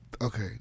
Okay